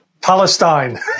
Palestine